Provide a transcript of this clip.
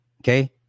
okay